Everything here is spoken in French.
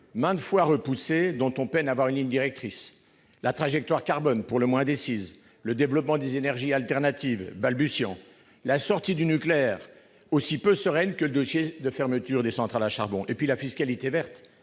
maintes fois repoussée et on peine à en voir la ligne directrice ; la trajectoire carbone est pour le moins indécise ; le développement des énergies alternatives est balbutiant ; la sortie du nucléaire est aussi peu sereine que le dossier de la fermeture des centrales à charbon ; la fiscalité verte